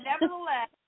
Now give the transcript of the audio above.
Nevertheless